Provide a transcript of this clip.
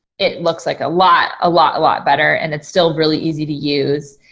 it looks like a lot, a lot, a lot better and it's still really easy to use.